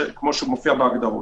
כמו שמופיע בהגדרות.